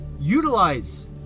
Utilize